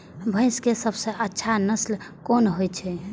भैंस के सबसे अच्छा नस्ल कोन होय छे?